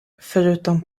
förutom